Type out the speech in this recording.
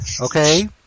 Okay